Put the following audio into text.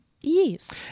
Yes